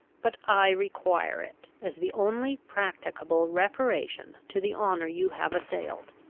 but i require it, as the only practicable reparation to the honour you have assailed.